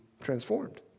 transformed